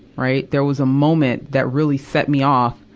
right? there was a moment that really set me off,